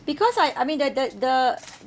because I I mean the the the